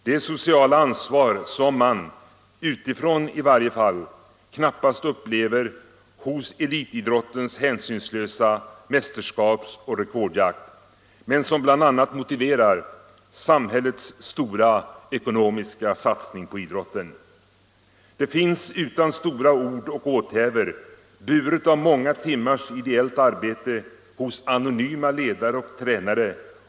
Det sociala ansvar, som man -— utifrån i varje fall — knappast upplever hos elitidrottens hänsynslösa mästerskapsoch rekordjakt, men som bl.a. motiverar samhällets stora ekonomiska satsning på idrotten. Det finns utan stora ord och åthävor, buret av många timmars ideellt arbete hos anonyma ledare och tränare.